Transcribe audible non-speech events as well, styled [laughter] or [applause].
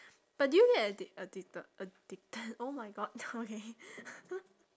but do you get addict~ addicted addicted oh my god [laughs] okay [laughs]